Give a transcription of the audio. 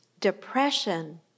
depression